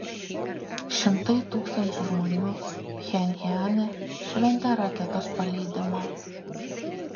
šimtai tūkstančių žmonių pchenjane šventė raketos paleidimą